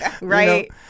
Right